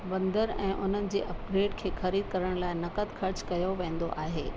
बंदरु ऐं उन्हनि जे अपग्रेड खे ख़रीदु करण लाइ नक़द ख़र्चु कयो वेंदो आहे